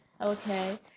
Okay